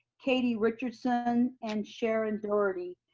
katie richardson, and sharon doherty.